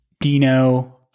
Dino